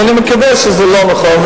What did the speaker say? ואני מקווה שזה לא נכון.